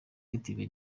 active